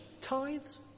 tithes